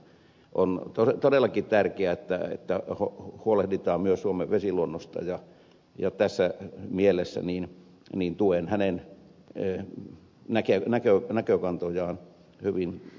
on todellakin tärkeää että huolehditaan myös suomen vesiluonnosta ja tässä mielessä tuen hänen näkökantojaan hyvin lämpimästi